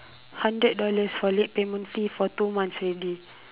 hundred dollars for late payment fee for two months already